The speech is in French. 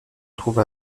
trouve